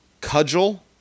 cudgel